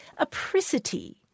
apricity